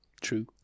True